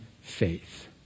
faith